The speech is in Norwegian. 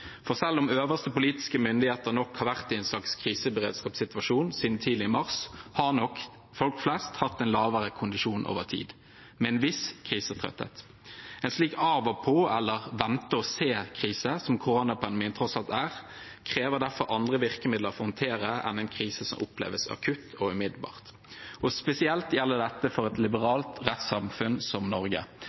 For selv om øverste politiske myndigheter nok har vært i en slags kriseberedskapssituasjon siden tidlig i mars, har nok folk flest hatt en lavere kondisjon over tid, med en viss krisetrøtthet. En slik av-og-på-krise eller vente-og-se-krise, som koronapandemien tross alt er, kreves det derfor andre virkemidler for å håndtere enn en krise som oppleves akutt og umiddelbar. Spesielt gjelder dette for et liberalt rettssamfunn som Norge,